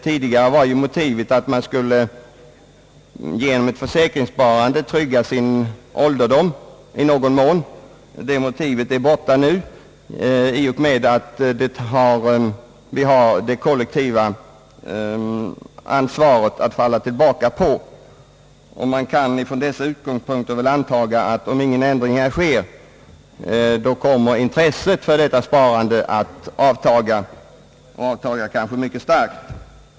Tidigare var ju motivet att man genom försäkringssparande skulle i någon mån trygga sin ålderdom — det motivet är nu borta i och med att vi har den kollektiva tryggheten att falla tillbaka på. Från dessa utgångspunkter kan man förmoda att om inte inflationsskyddet blir bättre kommer intresset för detta sparande att avtaga, kanske mycket starkt.